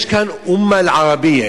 יש כאן "אל-אומה אל-ערבייה",